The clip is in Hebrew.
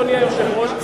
אדוני היושב-ראש,